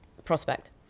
Prospect